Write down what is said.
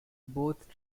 both